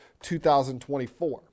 2024